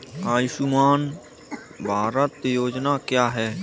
आयुष्मान भारत योजना क्या है?